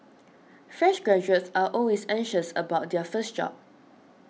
fresh graduates are always anxious about their first job